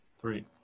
three